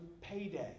payday